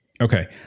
Okay